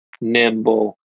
nimble